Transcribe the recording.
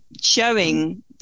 showing